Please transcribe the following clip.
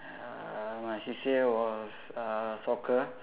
uh my C_C_A was uh soccer